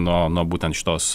nuo nuo būtent šitos